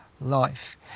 life